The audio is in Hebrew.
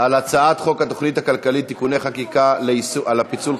על הצעת חוק התוכנית הכלכלית (תיקוני חקיקה) על הפיצול,